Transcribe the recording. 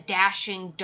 dashing